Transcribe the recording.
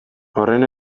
horren